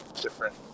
different